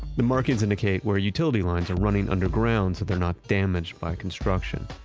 the markings indicate where utility lines are running underground so they're not damaged by construction.